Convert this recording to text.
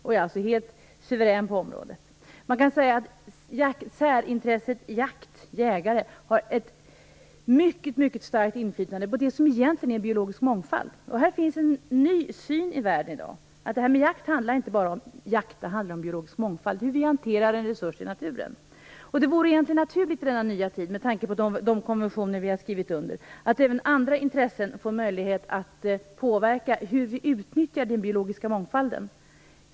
Man är alltså helt suverän på området. Man kan säga att särintresset jakt har ett mycket starkt inflytande på det som egentligen är biologisk mångfald. Här finns det i dag en ny syn i världen. Det här med jakt handlar inte bara om jakt utan om biologisk mångfald, hur vi hanterar en resurs i naturen. I denna nya tid vore det egentligen naturligt, med tanke på de konventioner vi har skrivit under, om även andra intressen fick möjlighet att påverka hur vi utnyttjar den biologiska mångfalden.